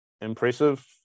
impressive